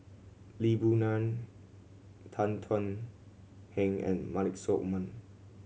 Lee Boon Ngan Tan Thuan Heng and Maliki Osman